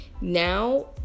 Now